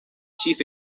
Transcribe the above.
chief